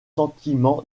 sentiments